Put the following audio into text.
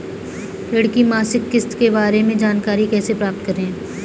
ऋण की मासिक किस्त के बारे में जानकारी कैसे प्राप्त करें?